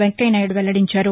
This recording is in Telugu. వెంకయ్య నాయుడు వెల్లడించారు